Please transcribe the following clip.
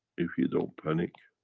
if you don't panic.